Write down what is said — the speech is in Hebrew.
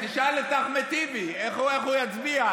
תשאל את אחמד טיבי איך הוא יצביע,